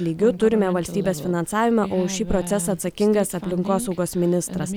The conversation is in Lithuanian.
lygiu turime valstybės finansavimą o už šį procesą atsakingas aplinkosaugos ministras